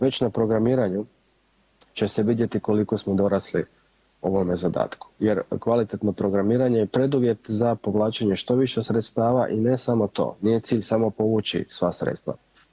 Već na programiranju će se vidjeti koliko smo dorasli ovome zadatku jer kvalitetno programiranje je preduvjet za povlačenje što više sredstava i ne samo to, nije cilj samo povući sva sredstva.